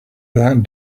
that